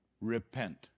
Repent